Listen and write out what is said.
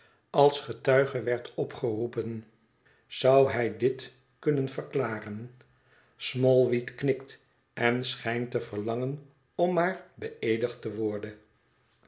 als getuige werd opgeroepen zou hij dit kunnen verklaren smallweed knikt en schijnt te verlangen om maar beëedigd te worden